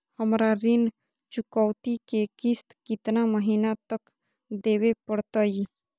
हमरा ऋण चुकौती के किस्त कितना महीना तक देवे पड़तई?